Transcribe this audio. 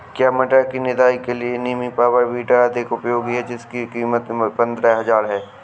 क्या टमाटर की निदाई के लिए मिनी पावर वीडर अधिक उपयोगी है जिसकी कीमत पंद्रह हजार है?